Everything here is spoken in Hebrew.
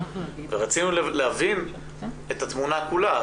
רצינו להבין את התמונה כולה.